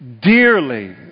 dearly